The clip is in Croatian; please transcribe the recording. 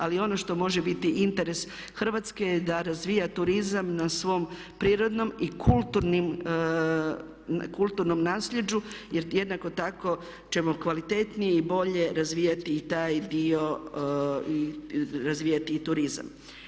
Ali ono što može biti interes Hrvatske je da razvija turizam na svom prirodnom i kulturnom nasljeđu jer jednako tako ćemo kvalitetnije i bolje razvijati i taj dio razvijati i turizam.